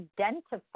identify